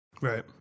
Right